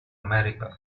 america